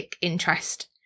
interest